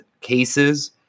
cases